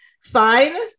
fine